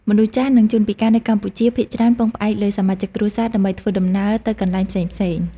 មនុស្សចាស់នឹងជនពិការនៅកម្ពុជាភាគច្រើនពឹងផ្អែកលើសមាជិកគ្រួសារ ដើម្បីធ្វើដំណើរទៅកន្លែងផ្សេងៗ។